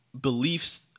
beliefs